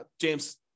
James